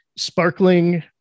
sparkling